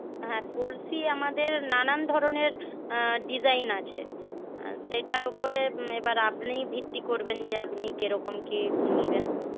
হ্যাঁ কলসি আমাদের নানান ধরনের ডিজাইন আছে সেটার উপরে এবার আপনি ভিত্তি করবেন যে আপনি কী রকম কী নেবেন